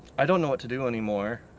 i don't know what to do anymore.